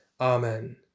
Amen